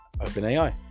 OpenAI